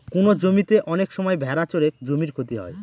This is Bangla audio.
কোনো জমিতে অনেক সময় ভেড়া চড়ে জমির ক্ষতি হয়